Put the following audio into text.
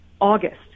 august